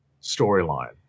storyline